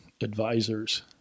advisors